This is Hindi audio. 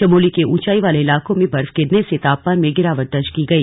चमोली के उंचाई वाले इलाकों में बर्फ गिरने से तापमान में गिरावट दर्ज की गई